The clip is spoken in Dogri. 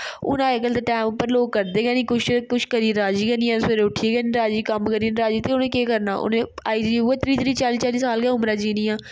हून अजकल्ल दे टैंम पर लोक करदे गै नेईं कुछ कुछ करियै राजी गै नेईं हैन सवैरे उठी गै नेईं राजी कम्म करियै नेंई राजी ते उ'नें केह् करना उ'नें आई जाइयै इ'यै त्री त्री चाली चाली साल उमरां जिनियां